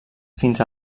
fins